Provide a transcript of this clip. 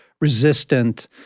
resistant